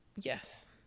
Yes